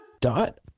Dot